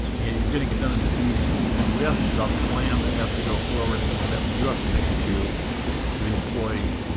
you're getting it done in this meeting with the plan that has to go forward in the commitment you have to make the to the employee,